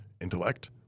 intellect